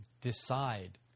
decide